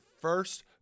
first